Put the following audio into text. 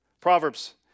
Proverbs